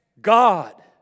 God